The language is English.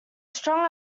strong